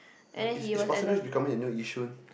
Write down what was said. right is is Pasir-Ris becoming the new Yishun